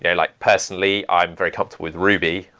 yeah like personally, i'm very comfortable with ruby.